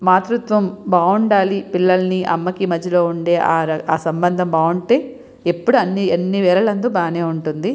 మాతృత్వం బాగుండాలి పిల్లలని అమ్మకి మధ్యలో ఉండే ఆ సంబంధం బాగుంటే ఎప్పుడు అన్నీ అన్నీ వేళలందు బాగానే ఉంటుంది